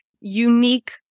unique